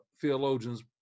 theologians